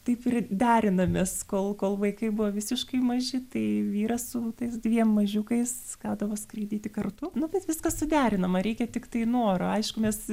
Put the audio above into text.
taip ir derinamės kol kol vaikai buvo visiškai maži tai vyras su tais dviem mažiukais gaudavos skraidyti kartu nu bet viskas suderinama reikia tiktai noro aišku mes